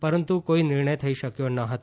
પરંતુ કોઈ નિર્ણય થઈ શક્યો ન હતો